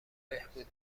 بهبود